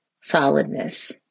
Solidness